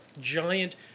giant